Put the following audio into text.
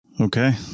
Okay